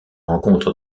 rencontre